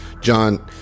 John